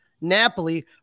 Napoli